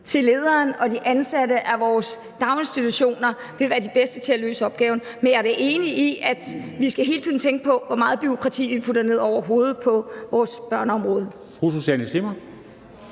at lederne og de ansatte i vores daginstitutioner vil være de bedste til at løse opgaven. Men jeg er da enig i, at vi hele tiden skal tænke på, hvor meget bureaukrati vi putter ned over vores børneområde.